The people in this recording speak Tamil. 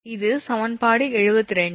இது சமன்பாடு 72